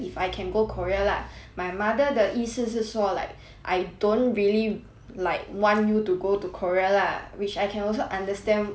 my mother 的意思是说 like I don't really like want you to go to korea lah which I can also understand like her point ah